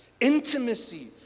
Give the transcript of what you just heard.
Intimacy